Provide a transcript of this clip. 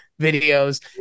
videos